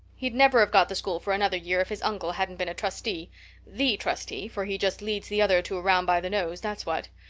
he'd never have got the school for another year if his uncle hadn't been a trustee the trustee, for he just leads the other two around by the nose, that's what.